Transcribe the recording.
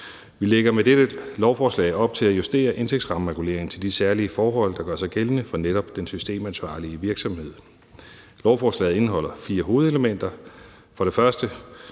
Vi lægger med dette lovforslag op til at justere indtægtsrammereguleringen til de særlige forhold, der gør sig gældende for netop den systemansvarlige virksomhed. Lovforslaget indeholder fire hovedelementer.